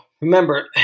Remember